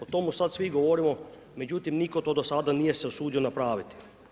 O tome sada svi govorimo, međutim, nitko to do sada nije se usudio napraviti.